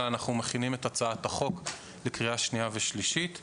אלא שאנחנו מכינים את הצעת החוק לקריאה שנייה ושלישית.